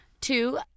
Two